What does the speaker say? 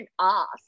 ask